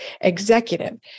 executive